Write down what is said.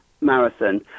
marathon